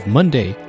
Monday